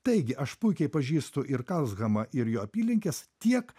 taigi aš puikiai pažįstu ir karlshamną ir jo apylinkes tiek